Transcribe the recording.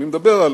אני מדבר על